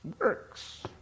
works